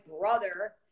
brother